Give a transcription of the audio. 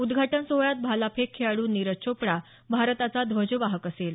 उद्घाटन सोहळ्यात भालाफेक खेळाड्र नीरज चोपडा भारताचा ध्वजवाहक असेल